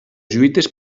lluites